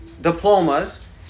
diplomas